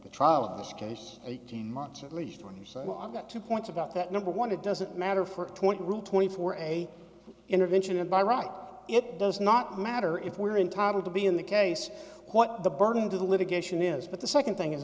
the trial in this case eighteen months at least when you say well i've got two points about that number one it doesn't matter for twenty grew twenty four an intervention in my right it does not matter if we're entitle to be in the case what the burden to the litigation is but the second thing is